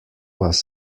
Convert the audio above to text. was